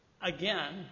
Again